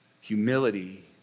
humility